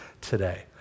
today